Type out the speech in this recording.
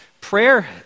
Prayer